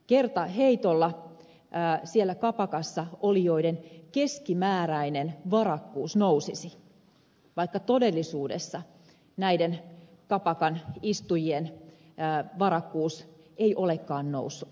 kertaheitolla siellä kapakassa olijoiden keskimääräinen varakkuus nousisi vaikka todellisuudessa näiden kapakassa istujien varakkuus ei olekaan noussut